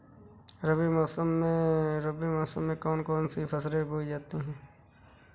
रबी मौसम में कौन कौन सी फसलें बोई जाती हैं?